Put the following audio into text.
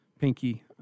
pinky